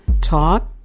Talk